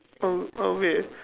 um uh wait